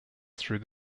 through